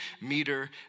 meter